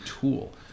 tool